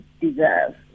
deserve